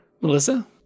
Melissa